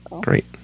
Great